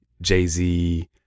Jay-Z